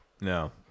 No